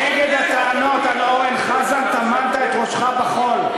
נגד הטענות על אורן חזן טמנת את ראשך בחול.